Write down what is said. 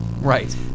Right